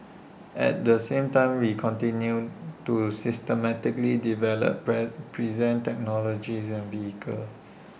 at the same time we continue to systematically develop present technologies and vehicles